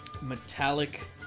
metallic